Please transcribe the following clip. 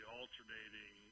alternating